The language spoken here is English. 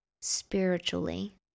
spiritually